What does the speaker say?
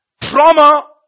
Trauma